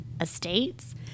estates